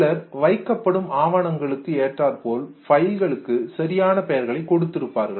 சிலர் வைக்கப்படும் ஆவணங்களுக்கு ஏற்றாற்போல் பைல்களுக்கு சரியான பெயர்களை கொடுத்திருப்பார்கள்